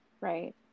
Right